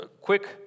quick